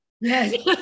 yes